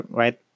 right